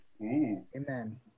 Amen